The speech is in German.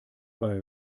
bei